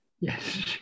Yes